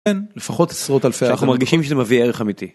לפחות עשרות אלפי אנחנו מרגישים שזה מביא ערך אמיתי.